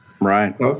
Right